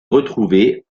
retrouver